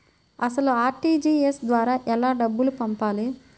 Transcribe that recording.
అసలు అర్.టీ.జీ.ఎస్ ద్వారా ఎలా డబ్బులు పంపాలి?